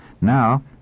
Now